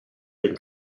been